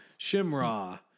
Shimra